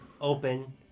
open